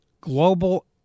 global